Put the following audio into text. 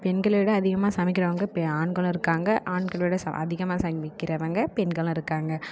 பெண்களை விட அதிகமாக சமைக்கிறவுங்க பெ ஆண்களும் இருக்காங்க ஆண்களை விட அதிகமாக சமைக்கிறவுங்க பெண்களும் இருக்காங்க